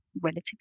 relatively